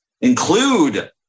include